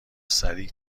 سریع